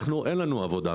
אין לנו עבודה.